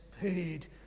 paid